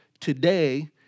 today